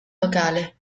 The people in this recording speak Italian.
locale